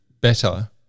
better